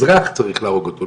אזרח צריך להרוג אותו,